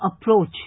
approach